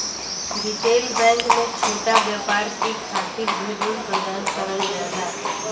retail bank में छोटा व्यापार के खातिर भी ऋण प्रदान करल जाला